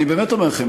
אני באמת אומר לכם,